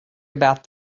about